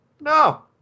No